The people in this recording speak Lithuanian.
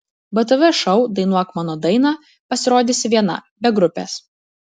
btv šou dainuok mano dainą pasirodysi viena be grupės